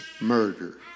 murder